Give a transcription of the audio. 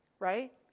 right